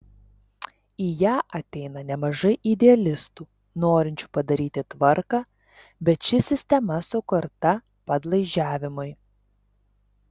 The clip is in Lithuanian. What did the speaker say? į ją ateina nemažai idealistų norinčių padaryti tvarką bet ši sistema sukurta padlaižiavimui